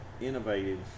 innovative